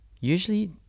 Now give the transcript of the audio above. usually